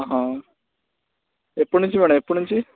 ఎప్పుడు నుంచి మ్యాడమ్ ఎప్పుడు నుంచి